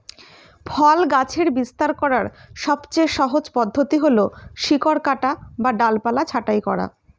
ফল গাছের বিস্তার করার সবচেয়ে সহজ পদ্ধতি হল শিকড় কাটা বা ডালপালা ছাঁটাই করা